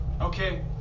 Okay